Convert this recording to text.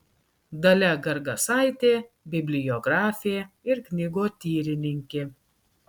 dalia gargasaitė bibliografė ir knygotyrininkė